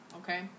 Okay